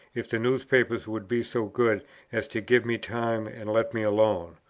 if the newspapers would be so good as to give me time and let me alone.